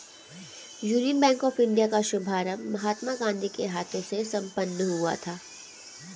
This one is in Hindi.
यूनियन बैंक ऑफ इंडिया का शुभारंभ महात्मा गांधी के हाथों से संपन्न हुआ था